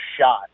shot